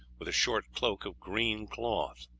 with a short cloak of green cloth.